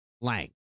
Lang